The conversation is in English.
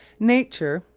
nature,